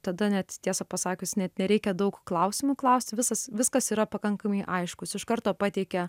tada net tiesą pasakius net nereikia daug klausimų klausti visas viskas yra pakankamai aiškus iš karto pateikia